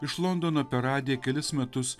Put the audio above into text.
iš londono per radiją kelis metus